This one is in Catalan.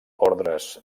ordres